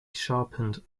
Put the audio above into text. sharpened